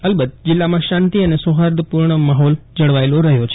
અલબત્ત જીલ્લામાં શાંતિ અને સૌહાર્દપૂર્ણ માહોલ જળવાયેલો રહ્યો છે